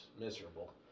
miserable